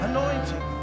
Anointing